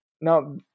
Now